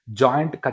joint